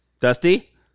Dusty